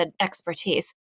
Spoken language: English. expertise